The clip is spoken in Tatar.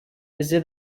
эзе